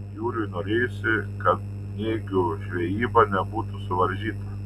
jūriui norėjosi kad nėgių žvejyba nebūtų suvaržyta